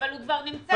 אבל הוא כבר נמצא.